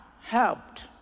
helped